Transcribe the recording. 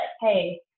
hey